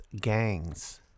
gangs